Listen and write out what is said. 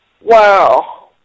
Wow